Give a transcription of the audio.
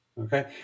Okay